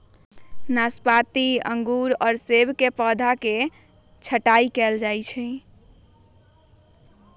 नाशपाती अंगूर और सब के पौधवन के छटाई कइल जाहई